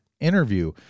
interview